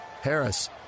Harris